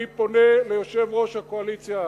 אני פונה אל יושב-ראש הקואליציה,